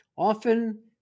Often